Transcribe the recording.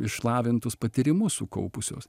išlavintus patyrimus sukaupusios